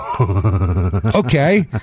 Okay